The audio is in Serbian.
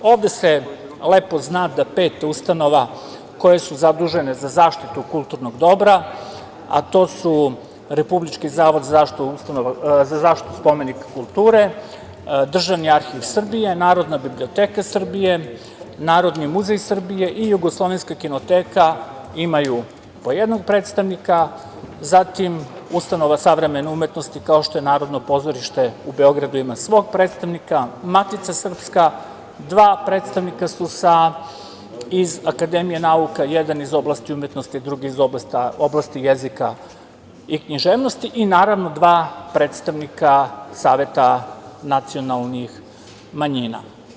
Ovde se lepo zna za pet ustanova koje su zadužene za zaštitu kulturnog dobra, a to su Republički zavod za zaštitu spomenika kulture, državni Arhiv Srbije, Narodna biblioteka Srbije, Narodni muzej Srbije i Jugoslovenska kinoteka, imaju po jednog predstavnika, zatim ustanova Savremene umetnosti, kao što je Narodno pozorište u Beogradu, ima svog predstavnika, Matica srpska, dva predstavnika su iz akademije nauka, jedan iz oblasti umetnosti, drugi iz oblasti jezika i književnosti i, naravno, dva predstavnika Saveta nacionalnih manjina.